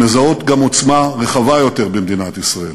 הן מזהות גם עוצמה רחבה יותר במדינת ישראל,